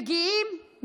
מגיעים,